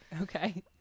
okay